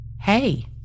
Hey